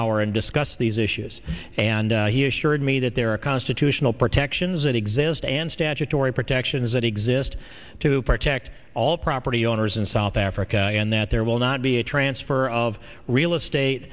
hour and discuss these issues and he assured me that there are constitutional protections that exist and statutory protections that exist to protect all property owners in south africa and that there will not be a transfer of real estate